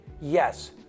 Yes